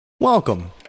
Welcome